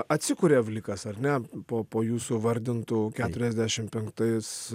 atsikuria vlikas ar ne po po jūsų vardintų keturiasdešim penktais